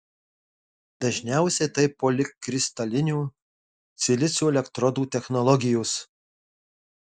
dažniausiai tai polikristalinio silicio elektrodų technologijos